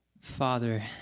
Father